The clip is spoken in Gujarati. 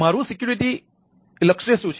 મારું સિક્યુરિટી લક્ષ્ય શું છે